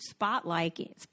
spotlighting